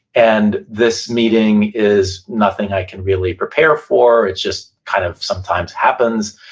and this meeting is nothing i can really prepare for, it's just kind of sometimes happens.